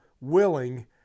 willing